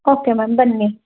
okay ma'am ಬನ್ನಿ